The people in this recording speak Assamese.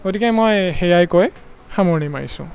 গতিকে মই সেয়াই কৈ সামৰণি মাৰিছোঁ